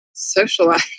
socialize